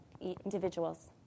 individuals